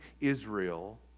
Israel